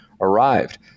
arrived